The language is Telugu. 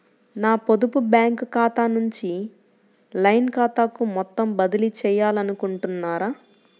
నా పొదుపు బ్యాంకు ఖాతా నుంచి లైన్ ఖాతాకు మొత్తం బదిలీ చేయాలనుకుంటున్నారా?